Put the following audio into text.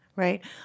Right